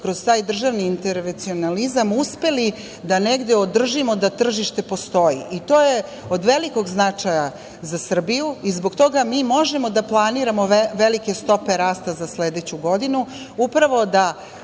kroz taj državni intervencionalizam uspeli da negde održimo da tržište postoji, i to je od velikog značaja za Srbiju i zbog toga mi možemo da planiramo velike stope rasta za sledeću godinu upravo da